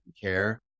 care